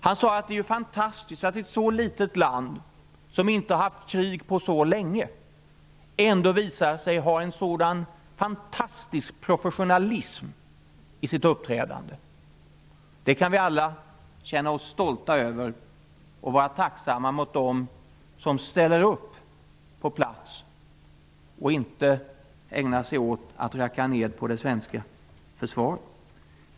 Han sade att det är fantastiskt att ett så litet land, som inte har haft krig på så länge, ändå visar sig ha en sådan fantastisk professionalism i sitt uppträdande. Vi kan alla känna oss stolta över det, och vi kan vara tacksamma mot dem som ställer upp på plats och inte ägnar sig åt att racka ner på det svenska försvaret.